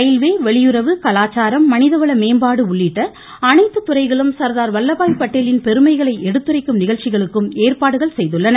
railway வெளியுறவு கலாச்சாரம் மனிதவள மேம்பாடு உள்ளிட்ட அனைத்து துறைகளும் சர்தார் வல்லபாய் பட்டேலின் பெருமைகளை எடுத்துரைக்கும் நிகழ்ச்சிகளுக்கு ஏற்பாடுகள் செய்துள்ளன